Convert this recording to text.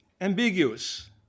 ambiguous